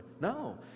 No